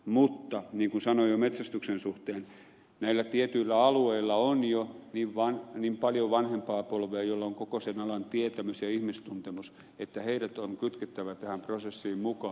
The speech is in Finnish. mutta niin kuin sanoin jo metsästyksen suhteen näillä tietyillä alueilla on jo niin paljon vanhempaa polvea joilla on koko sen alan tietämys ja ihmistuntemus että heidät on kytkettävä tähän prosessiin mukaan